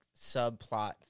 subplot